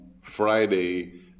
Friday